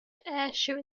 ayrshire